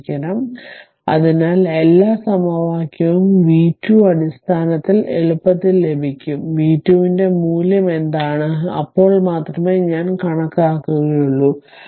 ആയിരിക്കണം അതിനാൽ എല്ലാ സമവാക്യവും v 2 അടിസ്ഥാനത്തിൽ എളുപ്പത്തിൽ ലഭിക്കും v 2 ന്റെ മൂല്യം എന്താണ് അപ്പോൾ മാത്രമേ ഞാൻ കണക്കാക്കുകയുള്ളൂ